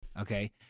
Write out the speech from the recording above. Okay